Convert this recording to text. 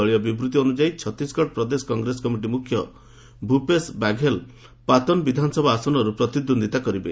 ଦଳୀୟ ବିବୃତ୍ତି ଅନୁଯାୟୀ ଛତିଶଗଡ଼ ପ୍ରଦେଶ କଂଗ୍ରେସ କମିଟି ମୁଖ୍ୟ ଭୁପେଶ ବାଘେଲ ପାତନ୍ ବିଧାନସଭା ଆସନରୁ ପ୍ରତିଦ୍ୱନ୍ଦ୍ୱିତା କରିବେ